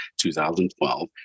2012